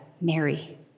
Mary